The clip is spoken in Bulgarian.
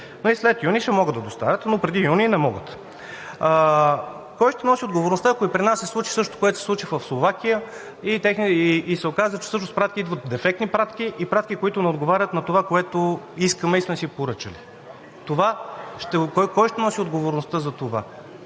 срани. След юни ще могат да доставят, но преди месец юни, не могат. Кой ще носи отговорността, ако и при нас се случи същото, което се случи в Словакия? Оказа се, че идват дефектни пратки и пратки, които не отговарят на това, което искаме и сме си поръчали. Кой ще носи отговорността за това?